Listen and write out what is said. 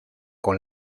con